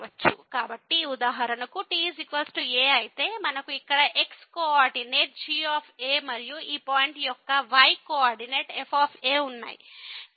కాబట్టి ఉదాహరణకు t a అయితే మనకు ఇక్కడ x కో ఆర్డినేట్ g మరియు ఈ పాయింట్ యొక్క y కో ఆర్డినేట్ f ఉన్నాయి